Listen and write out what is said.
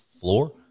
floor